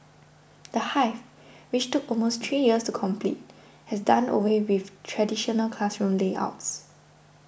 the Hive which took almost three years to complete has done away with traditional classroom layouts